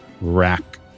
rack